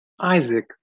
Isaac